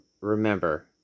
Remember